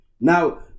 Now